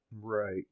Right